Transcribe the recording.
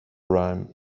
rhyme